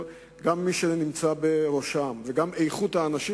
גם מי שנמצא בראשם וגם איכות האנשים